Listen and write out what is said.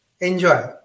enjoy